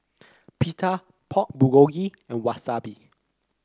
Pita Pork Bulgogi and Wasabi